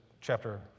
chapter